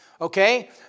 Okay